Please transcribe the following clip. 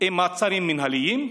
עם מעצרים מינהליים,